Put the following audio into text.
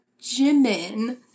Jimin